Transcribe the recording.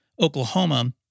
Oklahoma